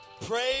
Praise